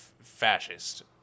fascist